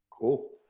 Cool